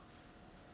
pigs